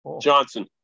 Johnson